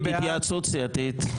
מי בעד --- התייעצות סיעתית.